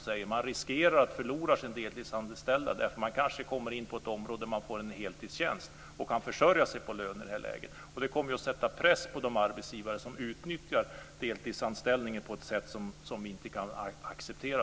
De riskerar att förlora sina deltidsanställda därför att man kanske kommer in på ett område där man får en heltidstjänst och kan försörja sig på sin lön. Det kommer ju att sätta press på de arbetsgivare som utnyttjar deltidsanställningen på ett sätt som vi inte kan acceptera.